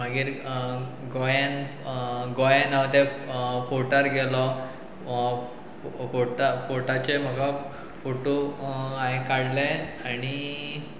मागीर गोंयान गोंयान हांव त्या फोटार गेलो फोर्टाचेर म्हाका फोटो हांवें काडले आनी